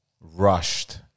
rushed